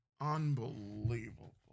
unbelievable